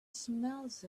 smells